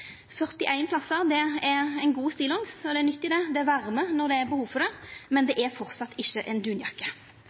plassar er ein god stillongs, og det er nyttig, det. Det varmar når det er behov for det, men det er framleis ikkje ei dunjakke.